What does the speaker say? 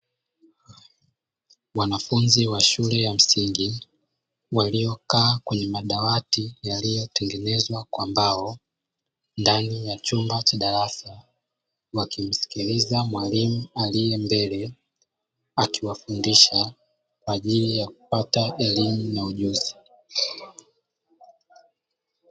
Wanafunzi wa shule ya msingi waliokaa kwenye madawati yaliyotengenezwa kwa mbao ndani ya chumba cha darasa, wakimsikiliza mwalimu aliye mbele akiwafundisha kwa ajili ya kupata elimu na ujuzi.